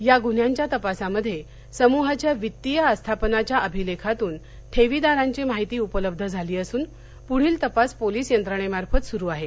या गुन्ह्यांच्या तपासामध्ये समृहाच्या वित्तीय आस्थापनाच्या अभिलेखातून ठेवीदारांची माहिती उपलब्ध झाली असून पृढील तपास पोलीस यंत्रणेमार्फत सुरू आहे